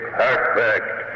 perfect